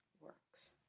works